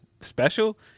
special